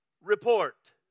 report